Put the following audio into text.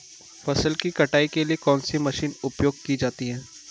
फसल की कटाई के लिए कौन सी मशीन उपयोग की जाती है?